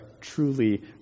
truly